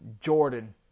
Jordan